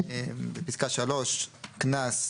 פסקה (3): קנס,